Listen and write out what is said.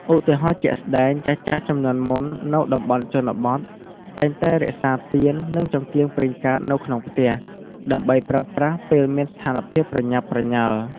ឧទាហរណ៍ជាក់ស្ដែង ចាស់ៗជំនាន់មុន នៅតំបន់ជនបទ តែងតែរក្សាទៀន និងចង្កៀងប្រេងកាតនៅក្នុងផ្ទះ ដើម្បីប្រើប្រាស់ពេលមានស្ថានភាពប្រញាប់ប្រញាល់។